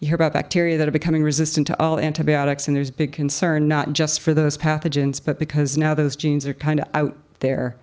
you hear about bacteria that are becoming resistant to all antibiotics and there's big concern not just for those pathogens but because now those genes are kind of out there